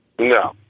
No